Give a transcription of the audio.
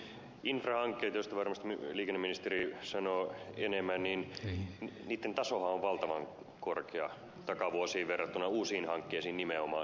infrahankkeiden joista varmasti liikenneministeri sanoo enemmän tasohan on valtavan korkea takavuosiin verrattuna uusien hankkeiden nimenomaan